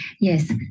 Yes